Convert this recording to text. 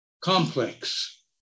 complex